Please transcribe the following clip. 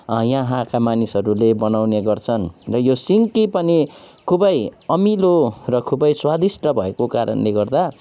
यहाँका मानिसहरूले बनाउने गर्छन् र यो सिन्की पनि खुबै अमिलो र खुबै स्वादिष्ट भएको कारणले गर्दा